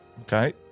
Okay